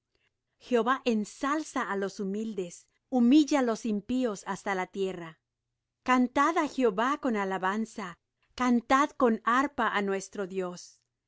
jehová ensalza á los humildes humilla los impíos hasta la tierra cantad á jehová con alabanza cantad con arpa á nuestro dios